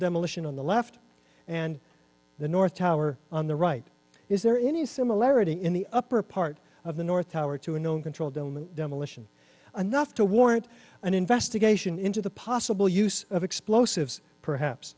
demolition on the left and the north tower on the right is there any similarity in the upper part of the north tower to a known controlled dome demolition enough to warrant an investigation into the possible use of explosives perhaps